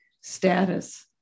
status